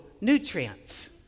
nutrients